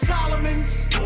Solomon's